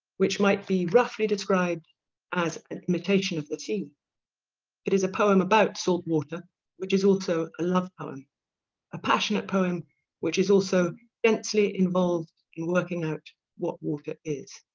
which might be roughly described as an imitation of the sea it is a poem about salt water which is also a love poem a passionate poem which is also densely involved in working out what water is